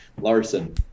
Larson